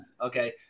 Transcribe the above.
okay